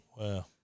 Wow